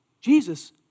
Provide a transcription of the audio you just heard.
Jesus